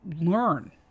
Learn